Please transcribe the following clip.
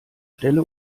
stelle